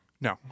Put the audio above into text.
No